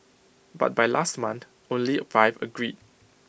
but by last month only five agreed